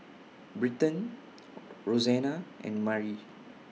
Britton Roxanna and Mari